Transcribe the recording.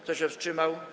Kto się wstrzymał?